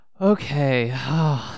Okay